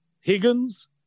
Higgins